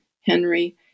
Henry